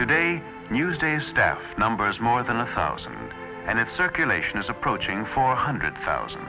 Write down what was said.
today news day staff numbers more than a thousand and its circulation is approaching four hundred thousand